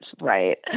right